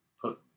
Put